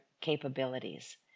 capabilities